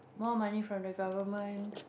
more money from the government